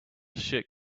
should